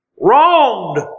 Wronged